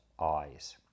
eyes